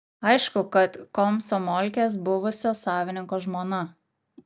aišku kad komsomolkės buvusio savininko žmona